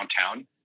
downtown